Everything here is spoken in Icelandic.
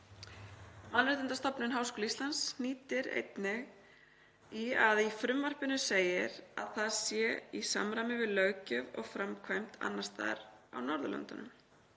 Mannréttindastofnun Háskóla Íslands hnýtir einnig í að í frumvarpinu segir að það sé í samræmi við löggjöf og framkvæmd annars staðar á Norðurlöndunum,